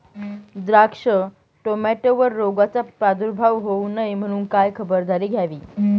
द्राक्ष, टोमॅटोवर रोगाचा प्रादुर्भाव होऊ नये म्हणून काय खबरदारी घ्यावी?